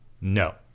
No